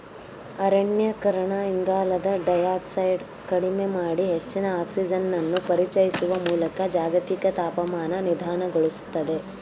ಅರಣ್ಯೀಕರಣ ಇಂಗಾಲದ ಡೈಯಾಕ್ಸೈಡ್ ಕಡಿಮೆ ಮಾಡಿ ಹೆಚ್ಚಿನ ಆಕ್ಸಿಜನನ್ನು ಪರಿಚಯಿಸುವ ಮೂಲಕ ಜಾಗತಿಕ ತಾಪಮಾನ ನಿಧಾನಗೊಳಿಸ್ತದೆ